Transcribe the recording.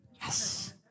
Yes